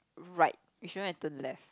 right we shouldn't have turn left